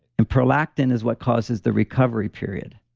and prolactin is what causes the recovery period.